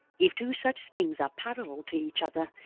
if two such strings are parallel to each other,